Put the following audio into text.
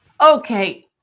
Okay